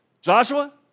Joshua